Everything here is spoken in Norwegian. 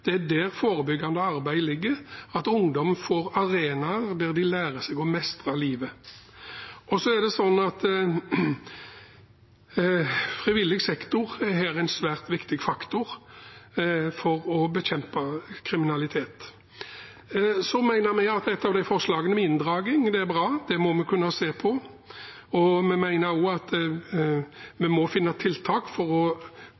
Det er der det forebyggende arbeidet må ligge. Ungdommene må få arenaer der de lærer seg å mestre livet. Frivillig sektor er her en svært viktig faktor for å bekjempe kriminalitet. Vi mener at forslaget om inndragning er bra. Det må vi kunne se på. Vi mener også at vi må finne tiltak for å